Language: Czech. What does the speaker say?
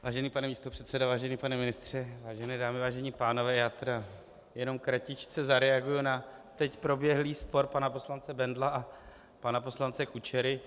Vážený pane místopředsedo, vážený pane ministře, vážené dámy, vážení pánové, já jenom kratičce zareaguji na teď proběhlý spor pana poslance Bendla a pana poslance Kučery.